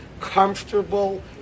comfortable